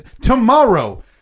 Tomorrow